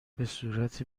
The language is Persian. بهصورت